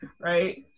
right